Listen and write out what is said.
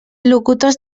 locutors